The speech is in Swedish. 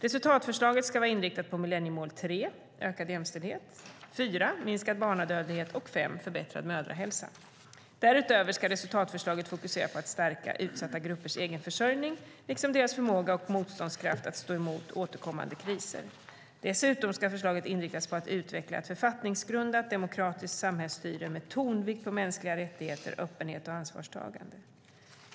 Resultatförslaget ska vara inriktat på millenniemål 3 - ökad jämställdhet, 4 - minskad barndödlighet och 5 - förbättrad mödrahälsa. Därutöver ska resultatförslaget fokusera på att stärka utsatta gruppers egenförsörjning liksom deras förmåga och motståndskraft att stå emot återkommande kriser. Dessutom ska förslaget inriktas på att utveckla ett författningsgrundat, demokratiskt samhällsstyre med tonvikt på mänskliga rättigheter, öppenhet och ansvarstagande.